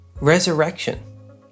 resurrection